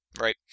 Right